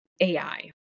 AI